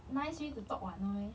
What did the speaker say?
nice way to talk [what] no meh